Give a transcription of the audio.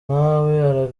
nawe